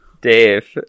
Dave